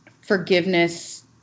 forgiveness